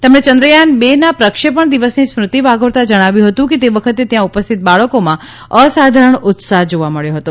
તેમણે ચંદ્રયાન બેના પ્રક્ષેપણ દિવસની સ્મૃતિ વાગોળતા જણાવ્યું હતું કે તે વખતે ત્યાં ઉપસ્થિત બાળકોમાં અસાધારણ ઉત્સાહ જોવા મબ્યો હતો